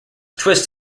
twist